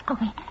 Okay